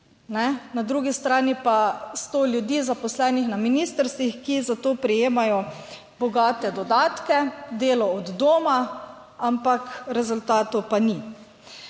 Na drugi strani pa sto ljudi, zaposlenih na ministrstvih, ki za to prejemajo bogate dodatke, delo od doma, ampak rezultatov pa ni.